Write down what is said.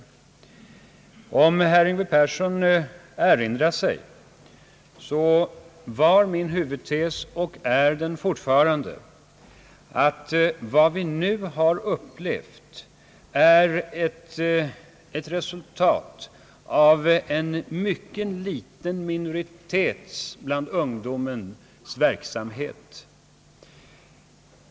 Om herr Yngve Persson erinrar sig mitt anförande så var min huvudtes och är det fortfarande, att vad vi nu upplevt är ett resultat av verksamheten hos en mycket liten minoritet bland ungdomen.